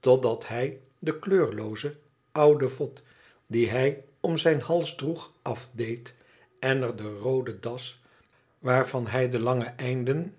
totdat hij de kleurlooze oude vod die hij om zijn hals droeg afdeed en er de roode das waarvan hij de lange einde